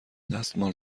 دستمال